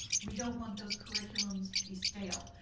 we don't want those curriculums to be stale.